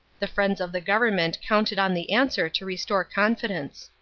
the friends of the government counted on the answer to restore confidence.